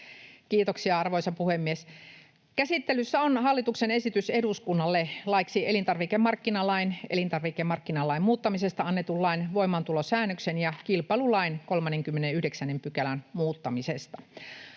Kiitoksia, arvoisa puhemies! Käsittelyssä on hallituksen esitys eduskunnalle laeiksi elintarvikemarkkinalain, elintarvikemarkkinalain muuttamisesta annetun lain voimaantulosäännöksen ja kilpailulain 39 §:n muuttamisesta.